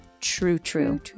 true-true